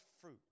fruit